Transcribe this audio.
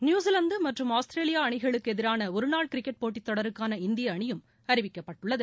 New Zealand மற்றும் Australia அணிகளுக்கு எதிரான ஒருநாள் கிரிக்கெட் போட்டித் தொடருக்கான இந்திய அணியும் அறிவிக்கப்பட்டுள்ளது